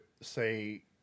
say